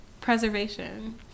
Preservation